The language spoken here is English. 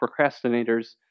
procrastinators